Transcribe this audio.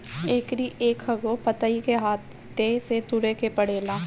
एकरी एकहगो पतइ के हाथे से तुरे के पड़ेला